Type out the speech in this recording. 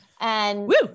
And-